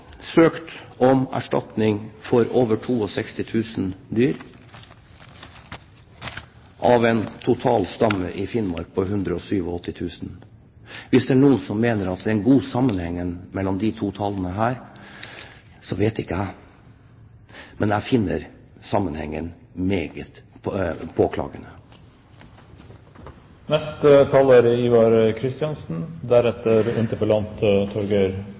søkt om erstatning for over 62 000 dyr av en total stamme i Finnmark på 187 000. Om det er noen som mener at det er en god sammenheng mellom disse to tallene, vet jeg ikke, men jeg finner sammenhengen meget